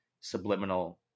subliminal